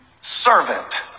servant